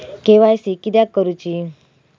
KYC किदयाक करूची?